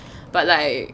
but like